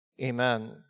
amen